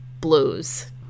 blues